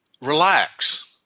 relax